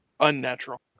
Unnatural